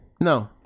no